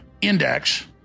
index